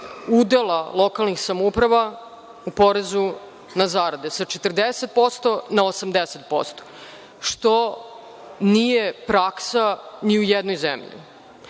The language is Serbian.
udela lokalnih samouprava u porezu na zarade, sa 40% na 80%, što nije praksa ni u jednoj zemlji.